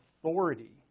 authority